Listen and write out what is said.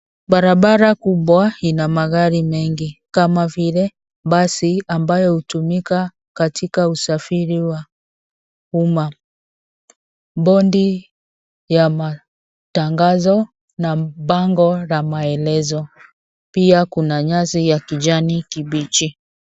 Barabara kubwa ina magari mengi kama vile basi ambayo hutumika katika usafiri wa umma. Board ya matangazo na bango la maelezo, pia kuna nyasi ya kijani kibichi.